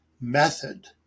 method